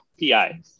PI